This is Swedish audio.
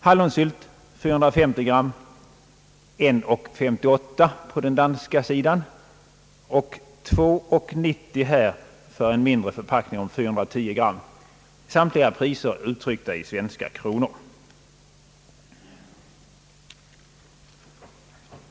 Hallonsylt kostar på den danska sidan 1:58 för 450 g och här 2:90 för 410 g. Samiliga priser är uttryckta i svenska kronor.